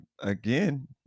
again